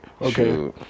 Okay